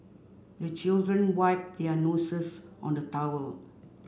the children wipe their noses on the towel